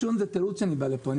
איתי